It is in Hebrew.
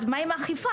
אז מה עם אכיפה.